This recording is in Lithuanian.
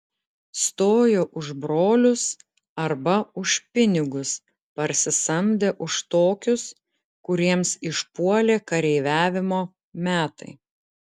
stojo už brolius arba už pinigus parsisamdę už tokius kuriems išpuolė kareiviavimo metai